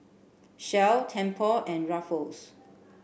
Shell Tempur and Ruffles